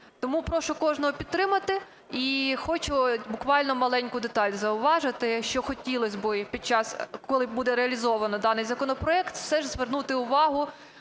Тому прошу кожного підтримати і хочу буквально маленьку деталь зауважити, що хотілося би під час, коли буде реалізовано даний законопроект, все ж звернути увагу